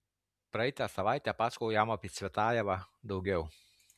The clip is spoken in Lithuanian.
praeitą savaitę pasakojau jam apie cvetajevą daugiau